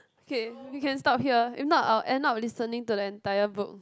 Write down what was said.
okay we can stop here if not I'll end up listening to the entire book